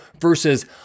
versus